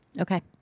Okay